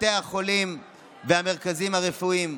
בתי החולים והמרכזים הרפואיים,